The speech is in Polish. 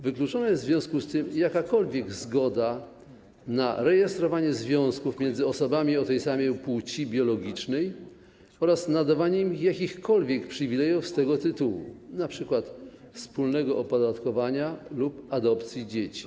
Wykluczona jest w związku z tym jakakolwiek zgoda na rejestrowanie związków między osobami tej samej płaci biologicznej oraz nadawanie im jakichkolwiek przywilejów z tego tytułu, np. prawa do wspólnego opodatkowania lub adopcji dzieci.